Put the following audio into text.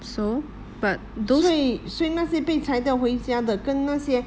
所以那些被裁掉回家的跟那些